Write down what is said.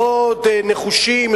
מאוד נחושים,